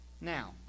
Now